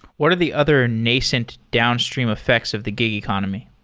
what are the other nascent downstream effects of the gig economy?